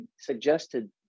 suggested